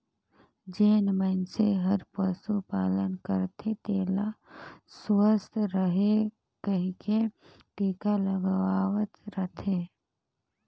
जेन मइनसे हर पसु पालन करथे तेला सुवस्थ रहें कहिके टिका लगवावत रथे